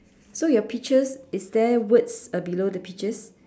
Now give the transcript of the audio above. so your peaches is there words uh below the peaches